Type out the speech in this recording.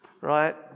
right